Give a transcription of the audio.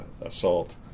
assault